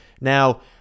Now